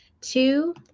Two